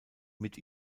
mit